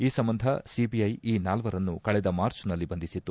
ಈ ಸಂಬಂಧ ಸಿಬಿಐ ಈ ನಾಲ್ವರನ್ನು ಕಳೆದ ಮಾರ್ಚ್ ನಲ್ಲಿ ಬಂಧಿಸಿತ್ತು